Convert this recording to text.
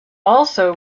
also